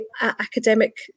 academic